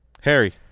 Harry